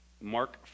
mark